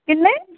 किन्ने